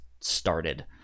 started